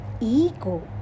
ego